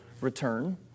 return